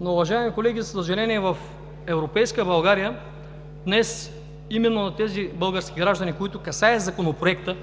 Но, уважаеми колеги, за съжаление, в европейска България днес именно на тези български граждани, които касае Законопроектът,